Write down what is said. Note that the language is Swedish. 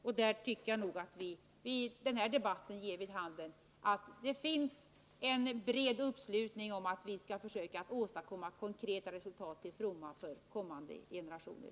Och denna debatt ger vid handen att det finns en bred uppslutning kring att vi skall försöka åstadkomma konkreta resultat till fromma för kommande generationer.